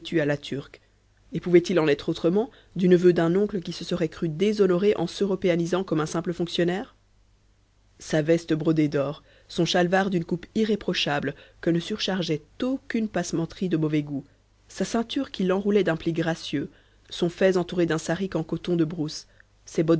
à la turque et pouvait-il en être autrement du neveu d'un oncle qui se serait cru déshonoré en s'européanisant comme un simple fonctionnaire sa veste brodée d'or son chalwar d'une coupe irréprochable que ne surchargeait aucune passementerie de mauvais goût sa ceinture qui l'enroulait d'un pli gracieux son fez entouré d'un saryk en coton de brousse